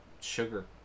sugar